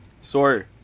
Sorry